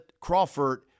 Crawford